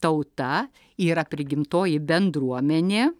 tauta yra prigimtoji bendruomenė